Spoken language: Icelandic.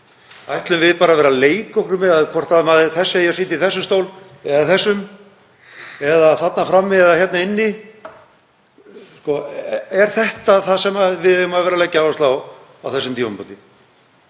Ætlum við bara að vera að leika okkur með hvort þessi eigi að sitja í þessum stól eða þessum eða þarna frammi eða hérna inni? Er þetta það sem við eigum að vera að leggja áherslu á